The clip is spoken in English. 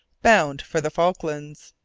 bound for the falklands.